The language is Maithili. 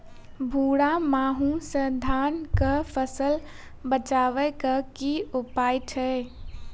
भूरा माहू सँ धान कऽ फसल बचाबै कऽ की उपाय छै?